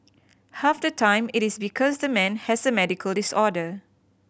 half the time it is because the man has a medical disorder